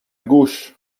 gauche